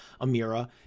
Amira